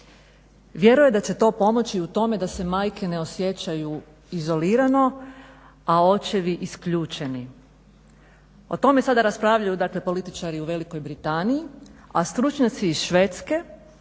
Vjeruje da će to pomoći u tome da se majke ne osjećaju izolirano, a očevi isključeni. O tome sada raspravljaju političari u Velikoj Britaniji, a stručnjaci iz Švedske